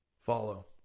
follow